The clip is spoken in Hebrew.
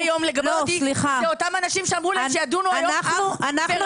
היום הם אותם אנשים שאמרו להם שידונו היום אך ורק בסעיף הביטוח.